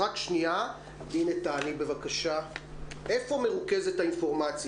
תעני, בבקשה, איפה מרוכזת האינפורמציה?